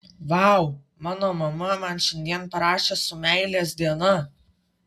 vau mano mama man šiandien parašė su meilės diena